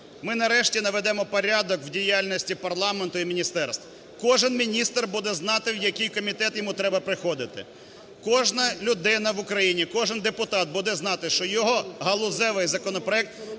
ми нарешті наведемо порядок в діяльності парламенту і міністерств. Кожен міністр буде знати в який комітет йому треба приходити, кожна людина в Україні, кожен депутат буде знати, що його галузевий законопроект